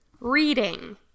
reading